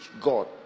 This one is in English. God